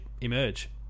emerge